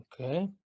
okay